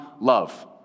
love